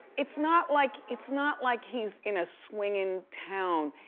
it's not like, it's not like he's in a swingin' town.